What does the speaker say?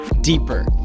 Deeper